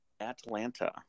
Atlanta